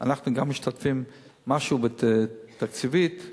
אנחנו גם משתתפים במשהו, תקציבית.